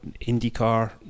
IndyCar